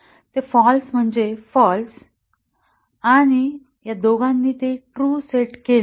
तर ते फाँल्स म्हणजे फाँल्स आणि या दोघांनी ते ट्रू सेट केले